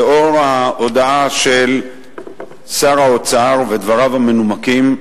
לאור ההודעה של שר האוצר ודבריו המנומקים,